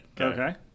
Okay